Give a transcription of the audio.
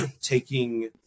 taking